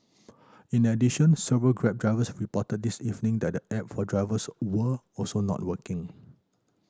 in addition several Grab drivers reported this evening that the app for drivers were also not working